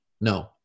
No